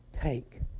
take